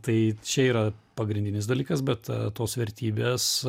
tai čia yra pagrindinis dalykas bet tos vertybės